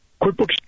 QuickBooks